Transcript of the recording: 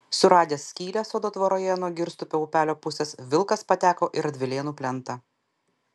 suradęs skylę sodo tvoroje nuo girstupio upelio pusės vilkas pateko į radvilėnų plentą